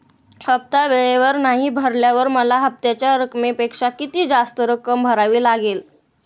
हफ्ता वेळेवर नाही भरल्यावर मला हप्त्याच्या रकमेपेक्षा किती जास्त रक्कम भरावी लागेल?